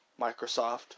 Microsoft